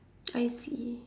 I see